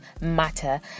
matter